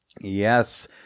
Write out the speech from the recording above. Yes